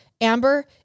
Amber